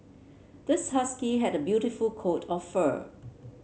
this husky had a beautiful coat of fur